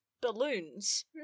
balloons